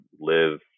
live